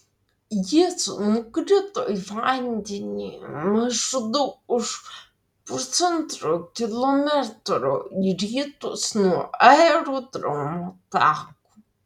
jis nukrito į vandenį maždaug už pusantro kilometro į rytus nuo aerodromo tako